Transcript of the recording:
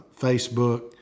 Facebook